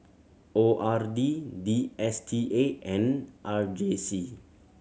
O R D D S T A and R J C